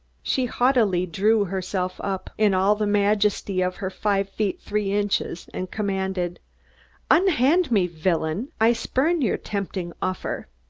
she haughtily drew herself up in all the majesty of her five feet three inches and commanded unhand me, villain! i spurn your tempting offer.